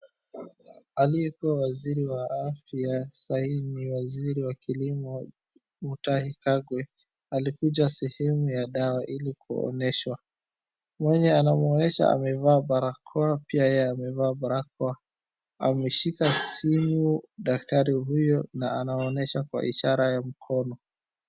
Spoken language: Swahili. Aliyekuwa waziri wa afya ,sahii ni waziri wa kilimo mutahi kagwe ,alikuja sehemu ya dawa ili kuoneshwa, mwenye anamuonesha amevaa barakoa, pia yeye amevaa barakoa. Ameshika simu daktari huyo na anaonesha kwa ishara ya mikono.